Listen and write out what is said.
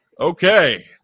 Okay